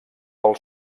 pel